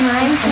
Time